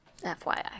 FYI